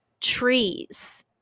trees